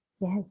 Yes